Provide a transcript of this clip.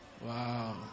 Wow